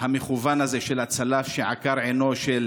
המכוון הזה של הצלף שעקר עינו של